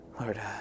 Lord